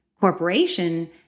corporation